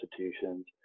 institutions